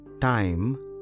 Time